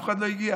אף אחד לא הגיע.